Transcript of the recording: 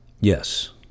Yes